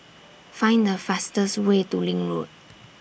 Find The fastest Way to LINK Road